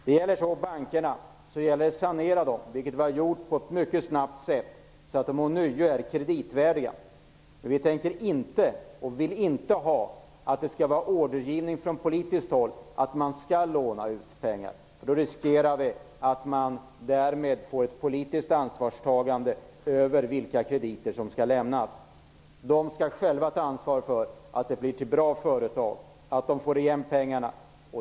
Det gällde att sanera bankerna, vilket vi gjorde på ett mycket snabbt sätt. De är ånyo kreditvärdiga. Vi vill inte ha ordergivning från politiskt håll om att bankerna skall låna ut pengar. Då riskerar vi att därmed få ett politiskt ansvarstagande när det gäller vilka krediter som skall lämnas. Bankerna skall själva ta ansvar för att låna till bra företag och för att få igen pengarna.